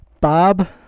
Bob